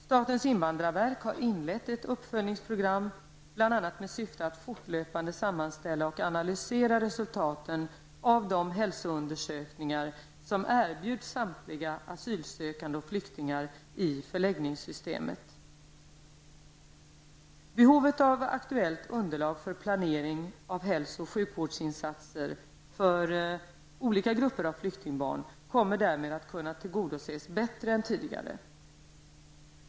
Statens invandrarverk har inlett ett uppföljningsprogram bl.a. med syfte att fortlöpande sammanställa och analysera resultaten av de hälsoundersökningar som erbjuds samtliga asylsökande och flyktingar i förläggningssystemet. Behovet av aktuellt underlag för planering av hälso och sjukvårdsinsatser för olika grupper av flyktingbarn kommer därmed att kunna tillgodoses bättre än tidigare.